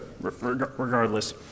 regardless